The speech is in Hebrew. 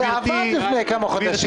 זה עבד לפני כמה חודשים,